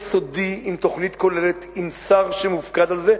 יסודי עם תוכנית כוללת, עם שר שמופקד על זה.